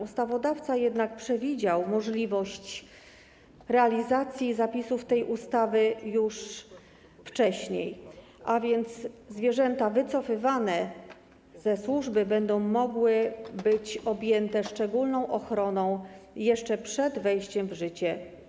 Ustawodawca jednak przewidział możliwość realizacji zapisów tej ustawy już wcześniej, a więc zwierzęta wycofywane ze służby będą mogły być objęte szczególną ochroną jeszcze przed jej wejściem w życie.